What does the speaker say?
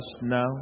now